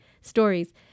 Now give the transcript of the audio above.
stories